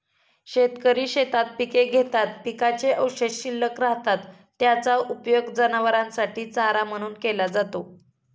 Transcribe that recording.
शेतकरी शेतात पिके घेतात, पिकाचे अवशेष शिल्लक राहतात, त्याचा उपयोग जनावरांसाठी चारा म्हणून केला जातो